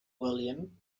william